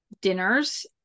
dinners